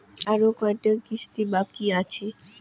আরো কয়টা কিস্তি বাকি আছে?